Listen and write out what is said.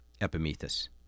Epimetheus